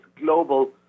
global